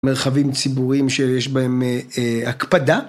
מרחבים ציבוריים שיש בהם הקפדה.